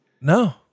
No